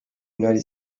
united